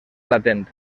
latent